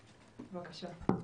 בבקשה.